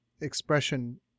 expression